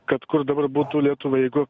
kad kur dabar būtų lietuva jeigu